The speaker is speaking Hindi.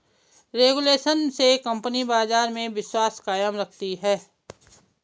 रेगुलेशन से कंपनी बाजार में विश्वास कायम रखती है